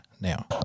now